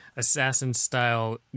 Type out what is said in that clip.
assassin-style